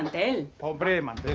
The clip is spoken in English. and a parliament!